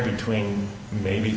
between maybe